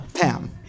Pam